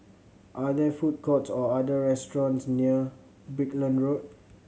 are there food courts or are there food restaurants near Brickland Road